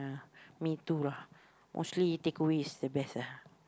me too lah mostly you take away is the best ah